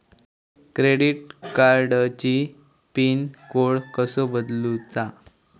Credit कार्डची pin code कसो बदलुचा?